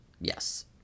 Yes